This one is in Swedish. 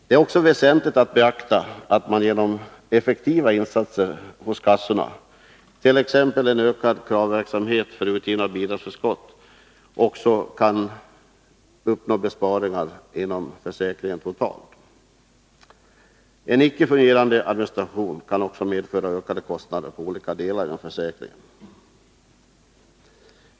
Det är väsentligt att beakta, att man genom effektiva insatser inom kassorna, t.ex. ökad kravverksamhet, kan uppnå totala besparingar inom försäkringen.” En icke fungerande administration kan också medföra ökade kostnader på olika delar inom försäkringen.